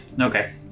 Okay